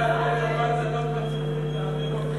לאיפה בדיוק אתה,